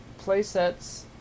playsets